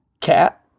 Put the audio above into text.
Cat